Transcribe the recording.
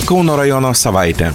kauno rajono savaitė